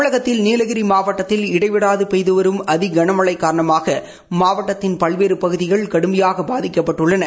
தமிழகத்தில் நீலகிரி மாவட்டத்தில் இடைவிடாது பெய்து வரும் அதி கனமழை காரணமாக மாவட்டத்தின் பல்வேறு பகுதிகள் கடுமையாக பாதிக்கப்பட்டுள்ளன